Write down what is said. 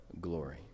glory